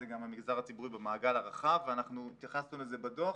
זה גם המגזר הציבורי במעגל הרחב ואנחנו התייחסנו לזה בדוח.